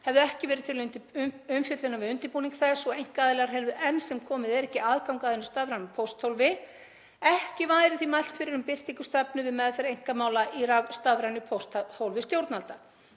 hefðu ekki verið til umfjöllunar við undirbúning þess og einkaaðilar hefðu enn sem komið er ekki aðgang að hinu stafræna pósthólfi. Ekki væri því mælt fyrir um birtingu stefnu við meðferð einkamála í stafrænu pósthólfi stjórnvalda.